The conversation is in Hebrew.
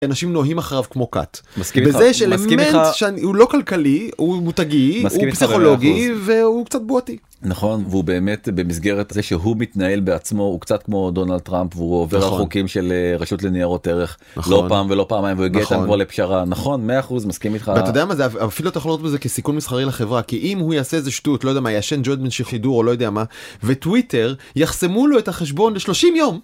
אנשים נוהים אחריו כמו כת. מסכים לזה? מסכים אתך.. ויש אלמנט שהוא לא כלכלי, הוא מותגי, מסכים אתך לגבי כל זה, הוא פסיכולוגי והוא קצת בועתי. נכון, והוא באמת, במסגרת זה שהוא מתנהל בעצמו הוא קצת כמו דונלד טראמפ, נכון, והוא עובר על חוקים של רשות לניירות ערך, נכון, לא פעם ולא פעמיים, נכון, והוא הגיע איתם אתמול לפשרה, נכון, 100% מסכים איתך ואתה יודע מה, זה אפילו אתה יכול לראות בזה כסיכון מסחרי לחברה, כי אם הוא יעשה איזה שטות, לא יודע מה, יעשן ג'וינט (?) או לא יודע מה, וטוויטר יחסמו לו את החשבון ל-30 יום.